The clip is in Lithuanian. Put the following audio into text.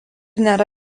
nėra